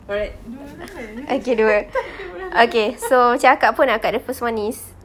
alright okay dua okay so macam akak pun akak the first one is